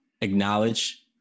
acknowledge